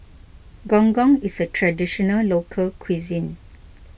Gong Gong is a Traditional Local Cuisine